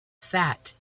sat